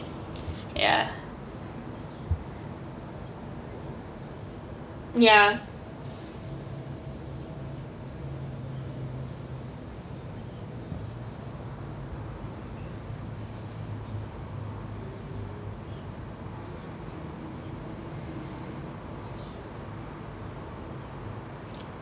ya ya